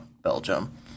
Belgium